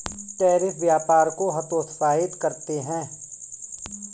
tariff व्यापार को हतोत्साहित करते हैं